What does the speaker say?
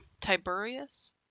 Tiberius